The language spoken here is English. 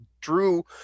Drew